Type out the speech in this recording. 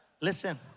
Listen